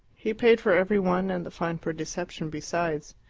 he paid for every one, and the fine for deception besides.